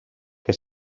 que